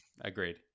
Agreed